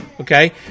okay